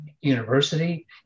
university